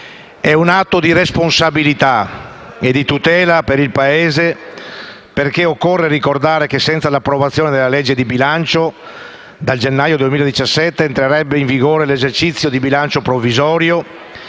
È un atto di responsabilità e di tutela per il Paese perché occorre ricordare che, senza l'approvazione della legge di bilancio, da gennaio 2017 entrerebbe in vigore l'esercizio provvisorio